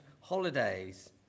holidays